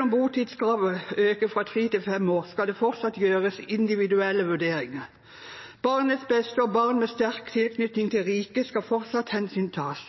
om botidskravet øker fra tre til fem år, skal det fortsatt gjøres individuelle vurderinger. Barnets beste og barn med sterk tilknytning til riket skal fortsatt hensyntas,